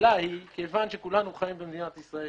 כיוון שכולנו חיים במדינת ישראל,